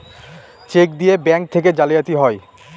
check দিয়ে bank থেকে জালিয়াতি হয়